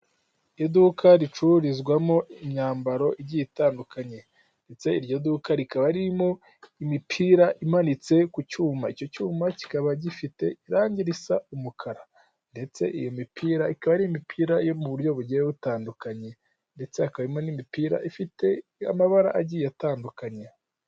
Iduka ricururizwamo imyambaro igiye itandukanye. Ndetse iryo duka rikaba ririmo imipira imanitse ku cyuma. Icyo cyuma kikaba gifite irangi risa umukara. Ndetse iyi mipira ikaba ari imipira yo mu buryo bugiye butandukanye. Ndetse hakaba harimo n'imipira ifite amabara agiye atandukanye.